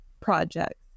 projects